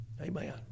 Amen